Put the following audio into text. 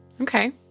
Okay